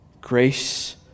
Grace